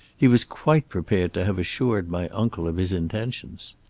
he was quite prepared to have assured my uncle of his intentions.